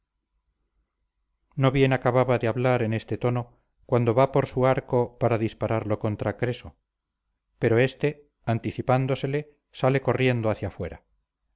no bien acaba de hablar en este tono cuando va por su arco para dispararlo contra creso pero éste anticipándosele sale corriendo hacia fuera